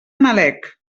nalec